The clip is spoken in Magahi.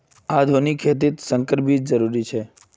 आधुनिक खेतित संकर बीज जरुरी छे